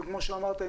וכמו שאמרת,